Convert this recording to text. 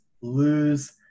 lose